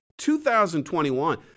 2021